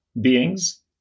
beings